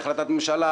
החלטת ממשלה,